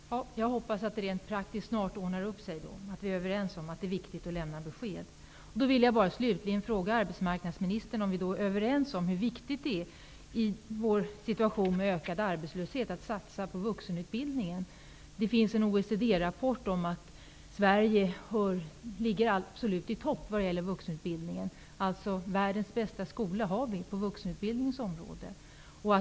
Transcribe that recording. Herr talman! Jag hoppas att det rent praktiskt snart ordnar sig, och att vi är överens om att det är viktigt att lämna besked. Jag vill slutligen fråga arbetsmarknadsministern om vi är överens om att det är viktigt att satsa på vuxenutbildningen i denna situation av ökad arbetslöshet. Det finns en OECD-rapport som anger att Sverige ligger i absoluta toppen vad gäller vuxenutbildningen. Vi har världens bästa skola på vuxenutbildningens område.